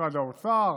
ממשרד האוצר